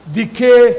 decay